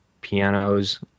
pianos